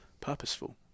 purposeful